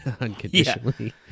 unconditionally